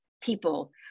people